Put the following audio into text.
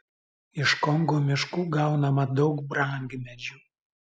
iš kongo miškų gaunama daug brangmedžių